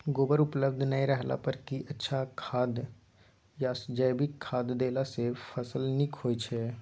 गोबर उपलब्ध नय रहला पर की अच्छा खाद याषजैविक खाद देला सॅ फस ल नीक होय छै?